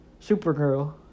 Supergirl